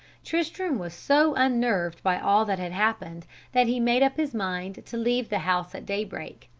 tristram was so unnerved by all that had happened that he made up his mind to leave the house at daybreak,